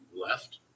left